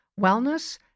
wellness